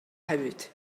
hefyd